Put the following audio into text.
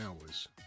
hours